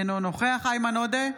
אינו נוכח איימן עודה,